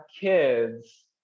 kids